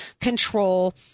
control